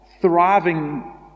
thriving